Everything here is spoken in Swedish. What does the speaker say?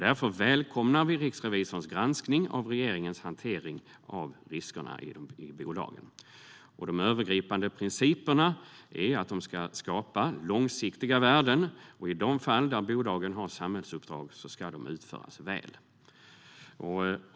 Därför välkomnar vi riksrevisorns granskning av regeringens hantering av riskerna i bolagen. De övergripande principerna är att de ska skapa långsiktiga värden, och i de fall där bolagen har samhällsuppdrag ska dessa utföras väl.